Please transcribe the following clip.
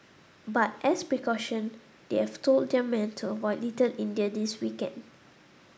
but as a precaution they have told their men to avoid Little India this weekend